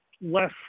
less